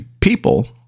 people